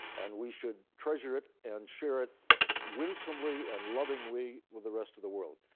and we should treasure it and share it winsomely and lovingly with the rest of the world.